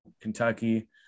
Kentucky